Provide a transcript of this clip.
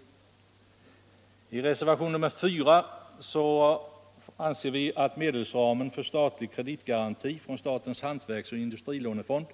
| 13 ma 196 I reservationen 4 hävdar vi att medelsramen för statlig kreditgaranti cc från statens hantverks och industrilånefond